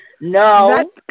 No